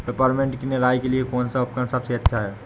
Peppermint की निराई के लिए कौन सा उपकरण सबसे अच्छा है?